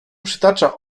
przytacza